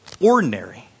ordinary